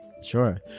Sure